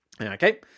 okay